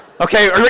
Okay